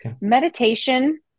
meditation